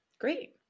Great